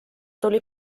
tuli